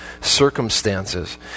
circumstances